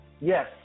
Yes